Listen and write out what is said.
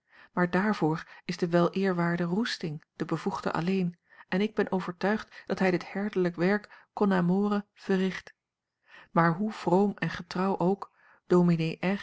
maar daarvoor is de weleerwaarde roesting de bevoegde alleen en ik ben overtuigd dat hij dit herderlijk werk con amore verricht maar hoe vroom en getrouw ook dominee